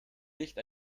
nicht